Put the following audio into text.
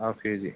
half K G